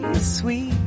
Sweet